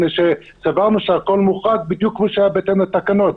מפני שסברנו שהכול מוחרג בדיוק כמו שהיה בהתאם לתקנות.